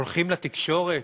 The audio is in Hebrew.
הולכים לתקשורת,